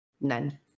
None